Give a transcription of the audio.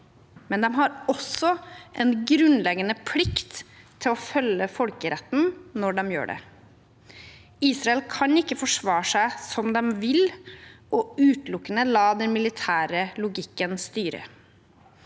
men de har også en grunnleggende plikt til å følge folkeretten når de gjør det. Israel kan ikke forsvare seg som de vil, og utelukkende la den militære logikken styre.